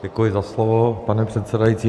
Děkuji za slovo, pane předsedající.